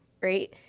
right